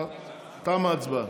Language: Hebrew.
תמה ההצבעה.